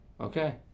okay